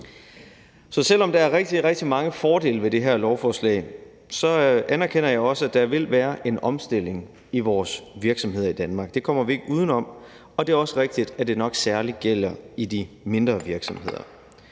Så selv om der er rigtig, rigtig mange fordele ved det her lovforslag, anerkender jeg også, at der vil være en omstilling i vores virksomheder i Danmark – det kommer vi ikke uden om – og det er også rigtigt, at det nok særlig gælder i de mindre virksomheder.